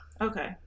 Okay